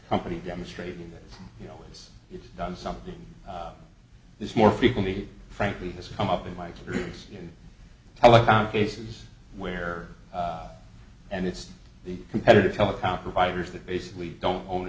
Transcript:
company demonstrating that you know it's it's done something this more frequently frankly has come up in my experience in telecom cases where and it's the competitive telecom providers that basically don't own